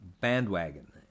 bandwagon